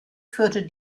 führte